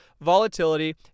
volatility